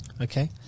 Okay